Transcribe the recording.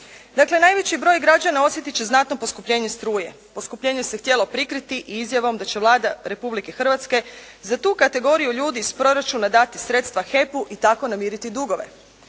Dakle, najveći broj građana osjetit će znatno poskupljenje struje. Poskupljenje se htjelo prikriti izjavom da će Vlada Republike Hrvatske za tu kategoriju ljudi iz proračuna dati sredstva HEP-u i tako namiriti dugove.